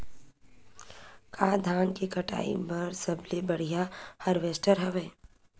का धान के कटाई बर सबले बढ़िया हारवेस्टर हवय?